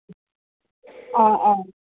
অঁ অঁ